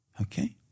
okay